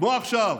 כמו עכשיו,